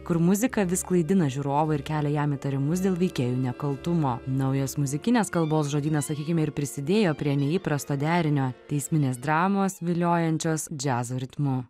kur muzika vis klaidina žiūrovą ir kelia jam įtarimus dėl veikėjų nekaltumo naujas muzikinės kalbos žodynas sakykime ir prisidėjo prie neįprasto derinio teisminės dramos viliojančios džiazo ritmu